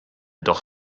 doch